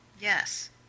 Yes